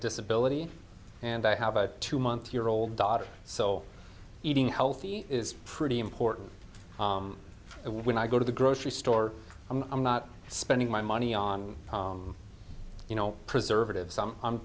disability and i have a two month year old daughter so eating healthy is pretty important and when i go to the grocery store i'm not spending my money on you know preservatives some i'm